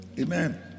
Amen